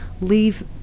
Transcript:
Leave